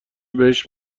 بهش